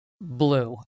blue